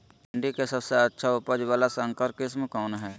भिंडी के सबसे अच्छा उपज वाला संकर किस्म कौन है?